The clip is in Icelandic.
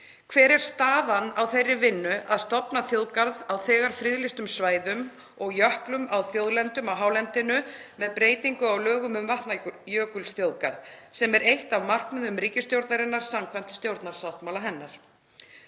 Hver er staðan á þeirri vinnu að stofna þjóðgarð á þegar friðlýstum svæðum og jöklum á þjóðlendum á hálendinu með breytingu á lögum um Vatnajökulsþjóðgarð, sem er eitt af markmiðum ríkisstjórnarinnar samkvæmt stjórnarsáttmála hennar?